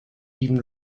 even